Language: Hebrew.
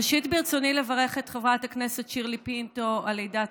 ראשית ברצוני לברך את חברת הכנסת שירלי פינטו על לידת